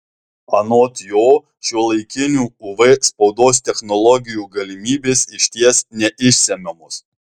anot jo šiuolaikinių uv spaudos technologijų galimybės išties neišsemiamos